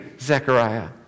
Zechariah